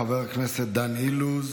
חבר הכנסת דן אילוז,